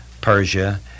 Persia